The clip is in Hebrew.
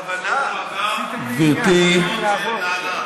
התכוונתי שאני אתחיל איתך, אני אענה לך.